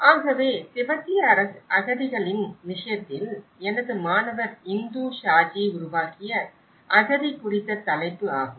ஆகவே திபெத்திய அகதிகளின் விஷயத்தில் எனது மாணவர் இந்தூ ஷாஜி உருவாக்கிய அகதி குறித்த தலைப்பு ஆகும்